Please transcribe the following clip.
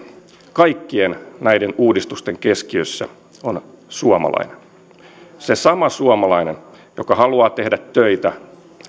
kaikkien näiden uudistusten keskiössä on suomalainen se sama suomalainen joka haluaa tehdä töitä